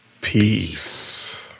peace